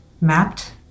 mapped